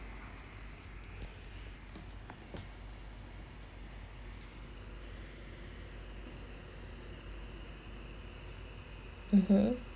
(uh huh)